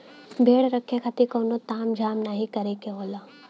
भेड़ रखे खातिर कउनो ताम झाम नाहीं करे के होला